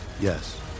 Yes